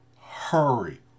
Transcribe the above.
hurry